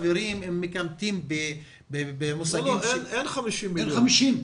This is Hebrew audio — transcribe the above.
אם מכמתים במושגים --- אין 50 מיליון שקלים.